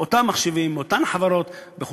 מאותן חברות.